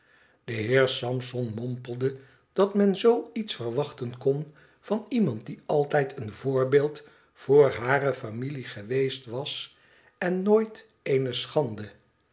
de heer sampson mompelde dat men zoo iets verwachten kon van iemand die altijd een voorbeeld voor hare familie geweest was en nooit eene schande